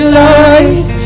light